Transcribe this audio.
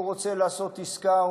הוא רוצה לעשות עסקה,